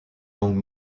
long